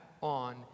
on